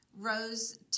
rose